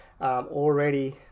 already